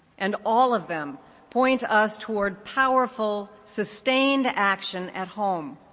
and all of them point us toward powerful, sustained action at home.